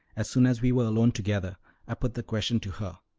as soon as we were alone together i put the question to her,